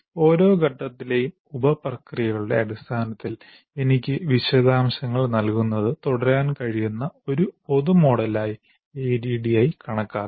ഓരോ ഘട്ടത്തിലെയും ഉപ പ്രക്രിയകളുടെ അടിസ്ഥാനത്തിൽ എനിക്ക് വിശദാംശങ്ങൾ നൽകുന്നത് തുടരാൻ കഴിയുന്ന ഒരു പൊതു മോഡലായി ADDIE കണക്കാക്കാം